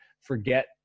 forget